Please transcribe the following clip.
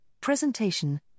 presentation